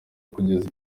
kugeza